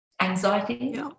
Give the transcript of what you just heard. anxiety